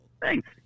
thanks